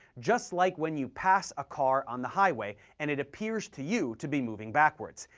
just like when you pass a car on the highway, and it appears to you to be moving backwards,